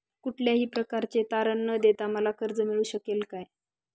कुठल्याही प्रकारचे तारण न देता मला कर्ज मिळू शकेल काय?